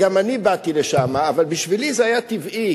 גם אני באתי לשם, אבל בשבילי זה היה טבעי.